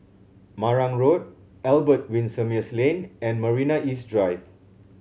Marang Road Albert Winsemius Lane and Marina East Drive